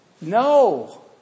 No